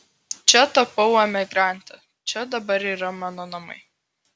čia tapau emigrante čia dabar yra mano namai